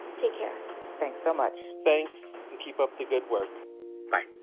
take care thanks so much thanks, and keep up the good work bye